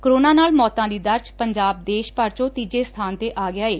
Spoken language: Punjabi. ਕੋਰੋਨਾ ਨਾਲ ਮੌਤਾ ਦੀ ਦਰ 'ਚ ਪੰਜਾਬ ਦੇਸ਼ ਭਰ ਚੋ' ਤੀਜੇ ਸਬਾਨ ਤੇ ਆ ਗਿਆ ਏ